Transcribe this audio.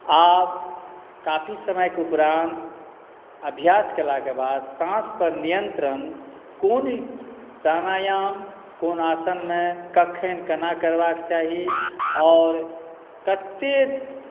आब काफी समयक उपरान्त अभ्यास कयलाक बाद साँसपर नियन्त्रण कोन प्राणायाम कोन आसनमे कखन कोना करबाक चाही आओर कतेक